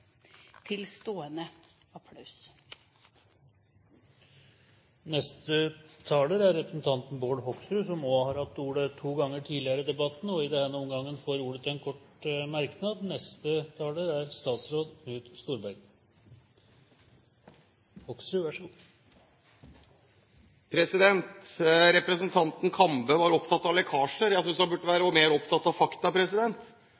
stående applaus. Representanten Bård Hoksrud har hatt ordet to ganger tidligere og får ordet til en kort merknad, begrenset til 1 minutt. Representanten Kambe var opptatt av lekkasjer. Jeg synes han burde